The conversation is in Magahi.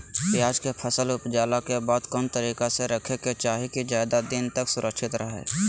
प्याज के फसल ऊपजला के बाद कौन तरीका से रखे के चाही की ज्यादा दिन तक सुरक्षित रहय?